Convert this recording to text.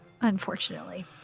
Unfortunately